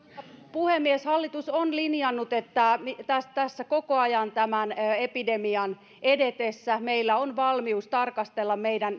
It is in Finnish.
puhemies hallitus on linjannut että tässä tämän epidemian edetessä meillä on koko ajan valmius tarkastella meidän